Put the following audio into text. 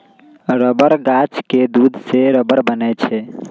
rubber गाछ के दूध से रबर बनै छै